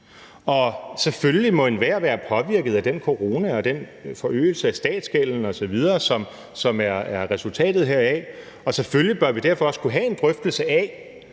selvfølgelig må enhver være påvirket af coronaen og den forøgelse af statsgælden osv., som er resultatet heraf, og selvfølgelig bør vi derfor også kunne have en drøftelse af,